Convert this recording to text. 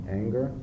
anger